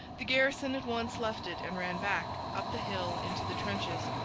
the garrison at once left it and ran back, up the hill, into the trenches.